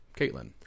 Caitlin